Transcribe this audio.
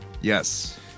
yes